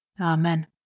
Amen